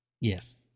Yes